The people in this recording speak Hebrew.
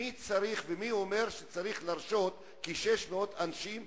מי צריך ומי אומר שצריך להרשות לכ-600 אנשים רשיון?